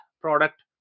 product